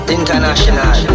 International